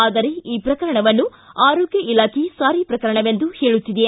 ಆದರೆ ಈ ಪ್ರಕರಣವನ್ನು ಆರೋಗ್ಟ ಇಲಾಖೆ ಸಾರಿ ಪ್ರಕರಣವೆಂದು ಹೇಳುತ್ತಿದೆ